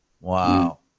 Wow